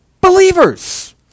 Believers